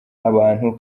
abantu